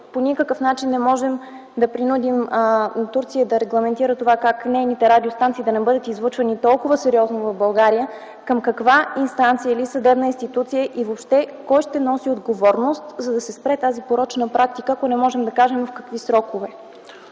по никакъв начин не можем да принудим Турция да регламентира това, как нейните радиостанции да не бъдат излъчвани толкова сериозно в България, е: към каква инстанция или съдебна институция въобще, кой ще носи отговорност да се спре тази порочна практика, ако не можем да кажем в какви срокове?